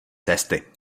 cesty